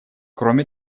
кроме